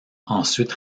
ensuite